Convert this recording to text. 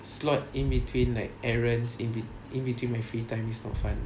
slot in between like errands in in between my free time it's not fun